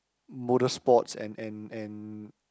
motor sports and and and